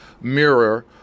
mirror